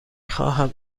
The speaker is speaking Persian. خواهم